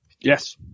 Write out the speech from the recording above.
Yes